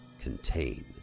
Contain